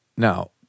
Now